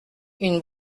une